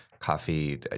Coffee